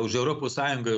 už europos sąjunga